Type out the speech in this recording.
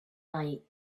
night